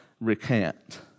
recant